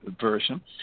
version